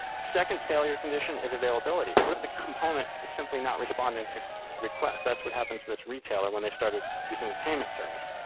second failure condition is availability. what if the component is simply not responding to requests? that's what happened to this retailer when they started using the payment service.